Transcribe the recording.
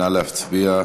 נא להצביע.